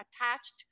attached